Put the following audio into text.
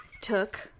took